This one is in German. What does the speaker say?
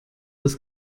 des